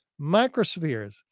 microspheres